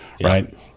right